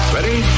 Ready